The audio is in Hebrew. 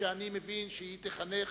ואני מבין שהיא תיחנך